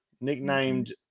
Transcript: nicknamed